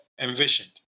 envisioned